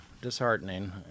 disheartening